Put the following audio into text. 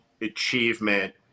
achievement